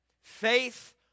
faith